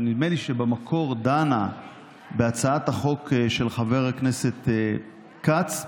שנדמה לי שבמקור דנה בהצעת החוק של חבר הכנסת כץ,